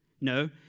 No